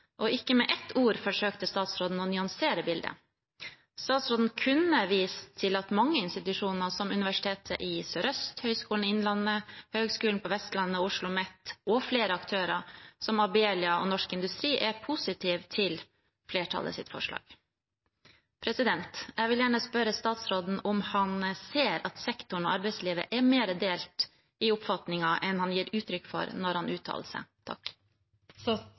og alle rasende. Ikke med ett ord førsøkte statsråden å nyansere bildet. Statsråden kunne vist til at mange institusjoner, som Universitetet i Sørøst-Norge, Høgskolen i Innlandet, Høgskulen på Vestlandet, OsloMet og flere aktører, som Abelia og Norsk Industri, er positive til flertallets forslag. Jeg vil gjerne spørre statsråden om han ser at sektoren og arbeidslivet er mer delt i oppfatningen enn han gir uttrykk for når han uttaler seg.